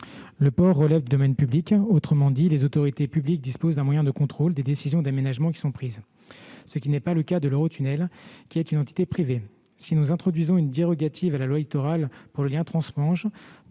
Les ports relèvent du domaine public. Autrement dit, les autorités publiques disposent d'un moyen de contrôle des décisions d'aménagement qui y sont prises. Ce n'est pas le cas d'Eurotunnel, qui est une entité privée. Si nous introduisions une dérogation à la loi Littoral pour le lien transmanche,